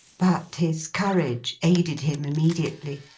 but his courage aided him immediately,